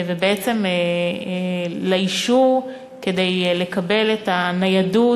ובעצם לאישור כדי לקבל את הניידות,